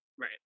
Right